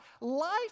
Life